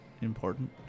important